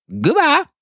Goodbye